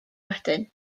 wedyn